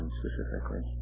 specifically